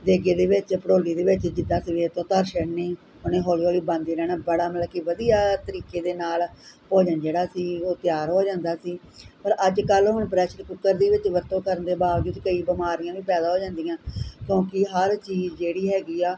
ਦੇਗੇ ਦੇ ਵਿੱਚ ਭੜੋਲੀ ਦੇ ਵਿੱਚ ਜਿੱਦਾਂ ਸਵੇਰ ਤੋਂ ਧਰ ਛੱਡਣੀ ਉਹਨੇ ਹੌਲੀ ਹੌਲੀ ਬਣਦੀ ਰਹਿਣਾ ਬੜਾ ਮਤਲਬ ਕਿ ਵਧੀਆ ਤਰੀਕੇ ਦੇ ਨਾਲ ਭੋਜਨ ਜਿਹੜਾ ਸੀ ਉਹ ਤਿਆਰ ਹੋ ਜਾਂਦਾ ਸੀ ਪਰ ਅੱਜ ਕੱਲ੍ਹ ਹੁਣ ਪ੍ਰੈਸ਼ਰ ਕੁਕਰ ਦੀ ਵਿੱਚ ਵਰਤੋਂ ਕਰਨ ਦੇ ਬਾਵਜੂਦ ਕਈ ਬਿਮਾਰੀਆਂ ਵੀ ਪੈਦਾ ਹੋ ਜਾਂਦੀਆਂ ਕਿਉਂਕਿ ਹਰ ਚੀਜ਼ ਜਿਹੜੀ ਹੈਗੀ ਆ